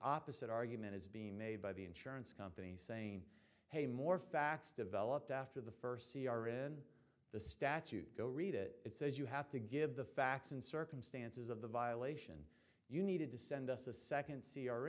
opposite argument is being made by the insurance company saying hey more facts developed after the first c r in the statute go read it it says you have to give the facts and circumstances of the violation you needed to send us a second